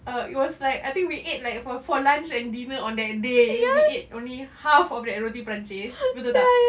uh it was like I think we ate like like for lunch and dinner on that day we ate only half of that roti perancis betul tak